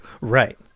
Right